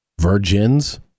Virgins